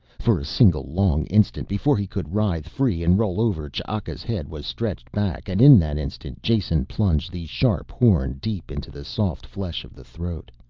for a single long instant, before he could writhe free and roll over, ch'aka's head was stretched back, and in that instant jason plunged the sharp horn deep into the soft flesh of the throat.